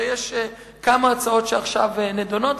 הרי יש כמה הצעות שעכשיו נדונות,